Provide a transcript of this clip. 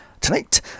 Tonight